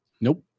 Nope